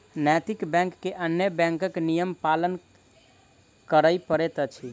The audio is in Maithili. नैतिक बैंक के अन्य बैंकक नियम पालन करय पड़ैत अछि